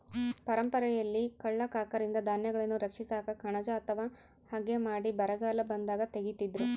ಪರಂಪರೆಯಲ್ಲಿ ಕಳ್ಳ ಕಾಕರಿಂದ ಧಾನ್ಯಗಳನ್ನು ರಕ್ಷಿಸಾಕ ಕಣಜ ಅಥವಾ ಹಗೆ ಮಾಡಿ ಬರಗಾಲ ಬಂದಾಗ ತೆಗೀತಿದ್ರು